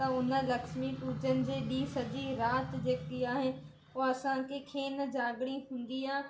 त उन लक्ष्मी पूॼनि जे ॾींहुं सॼी राति जेकी आहे उहा असांखे खेन जाॻिणी हूंदी आहे